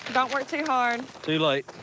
don't work too hard. too late.